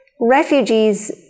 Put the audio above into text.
Refugees